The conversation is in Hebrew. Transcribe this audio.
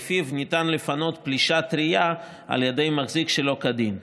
שלפיו ניתן לפנות פלישה טרייה על ידי מחזיק שלא כדין.